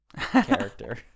character